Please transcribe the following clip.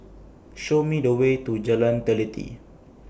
Show Me The Way to Jalan Teliti